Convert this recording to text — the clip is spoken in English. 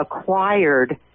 acquired